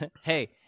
Hey